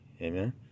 Amen